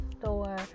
store